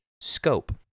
scope